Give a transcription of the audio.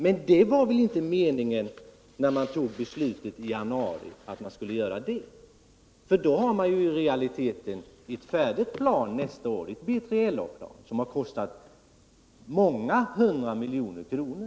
Men det var väl inte meningen när man tog beslutet i januari, för i så fall har man i realiteten ett färdigt BJLA-plan nästa år, som har kostat många hundra miljoner kronor.